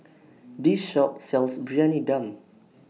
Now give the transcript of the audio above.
This Shop sells Briyani Dum